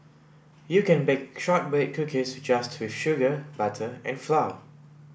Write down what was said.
you can bake shortbread cookies just with sugar butter and flour